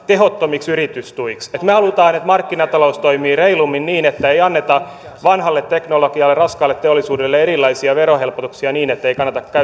tehottomiksi yritystuiksi eli me haluamme että markkinatalous toimii reilummin niin että ei anneta vanhalle teknologialle raskaalle teollisuudelle erilaisia verohelpotuksia niin ettei kannata